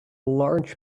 large